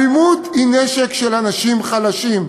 האלימות היא נשק של אנשים חלשים,